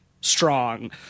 strong